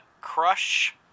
Crush